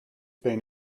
been